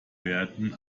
werden